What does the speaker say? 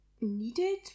needed